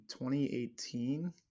2018